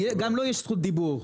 גם לו יש זכות דיבור.